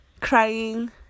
crying